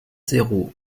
zéro